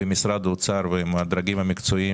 עם משרד האוצר ועם הדרגים המקצועיים,